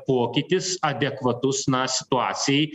pokytis adekvatus na situacijai